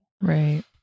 right